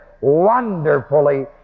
wonderfully